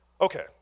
Okay